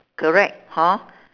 correct hor